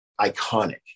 iconic